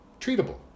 treatable